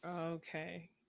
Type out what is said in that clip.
Okay